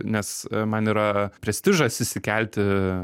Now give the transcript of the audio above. nes man yra prestižas įsikelti